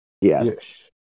Yes